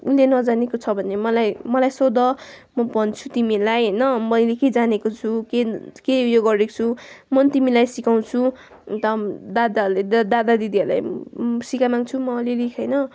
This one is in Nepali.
उसले नजानेको छ भने मलाई मलाई सोध म भन्छु तिमीलाई होइन मैले के जानेको छु के के उयो गरेको छु म नि तिमीलाई सिकाउँछु अन्त दादाहरूले त दादा दिदीहरूलाई सिकाइ माँग्छु म अलिअलि होइन